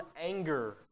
anger